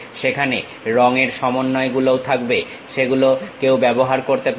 সেখানে রং এর সমন্বয় গুলোও থাকবে সেগুলো কেউ ব্যবহার করতে পারে